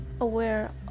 aware